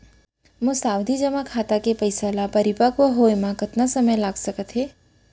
मोर सावधि जेमा खाता के पइसा ल परिपक्व होये म कतना समय लग सकत हे?